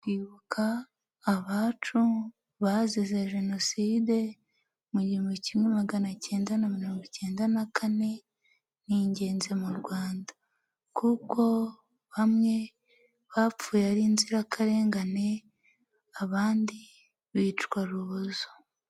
Kwibuka abacu bazize jenoside mu gihumbi kimwe magana cyenda na mirongo icyenda na kane, n'ingenzi mu rwanda kuko bamwe bapfuye ari inzira karengane abandi bicwa urubozo.